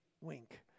wink